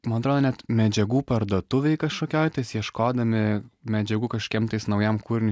man atrodo net medžiagų parduotuvėj kažkokioj tais ieškodami medžiagų kažkokiam tais naujam kūriniui